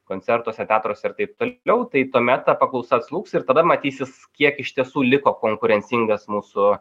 koncertuose teatruose ir taip toliau tai tuomet ta paklausa atslūgs ir tada matysis kiek iš tiesų liko konkurencingas mūsų